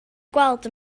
gweld